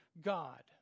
God